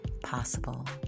possible